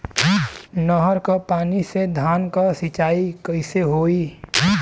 नहर क पानी से धान क सिंचाई कईसे होई?